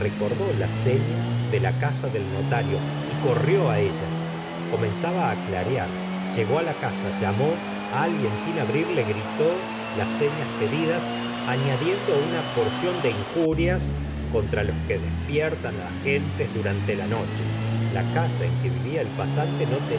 recordó las sefias de la casa del notario y corrió á ella comenzaba á clarear llegó á la casa llamó alguien sin abrir le gritó las sefias pedidas añadiendo una porción de injurias contra los que despiertan á las gentes durante la noche la casa en que vivía el pasante